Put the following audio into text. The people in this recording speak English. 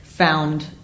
found